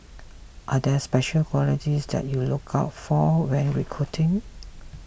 are there special qualities that you look out for when recruiting